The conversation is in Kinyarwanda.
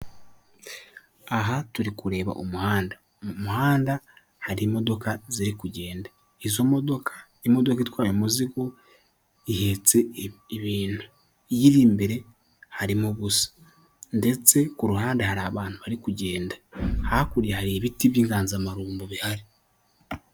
Aha turi kureba umuhanda. Mu muhanda hari imodoka ziri kugenda. Izo modoka; imodoka itwaye umuzigo ihetse ibintu. Iyiri imbere harimo ubusa, ndetse ku ruhande hari abantu bari kugenda. Hakurya hari ibiti by'inganzamarumbo bihari.